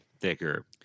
thicker